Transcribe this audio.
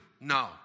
No